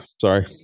Sorry